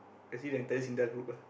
Sinda group ah